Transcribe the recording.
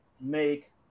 make